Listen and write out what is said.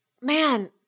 man